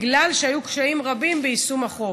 בגלל שהיו קשיים רבים ביישום החוק.